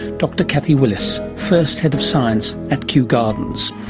dr kathy willis, first head of science at kew gardens.